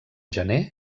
gener